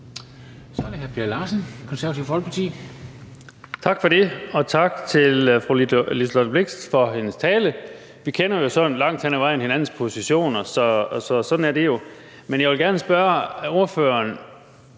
Tak for det, og tak til fru Liselott Blixt for hendes tale. Vi kender jo sådan langt hen ad vejen hinandens positioner. Så sådan er det jo, men jeg vil gerne spørge ordføreren,